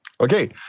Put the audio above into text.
Okay